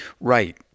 Right